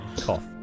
Cough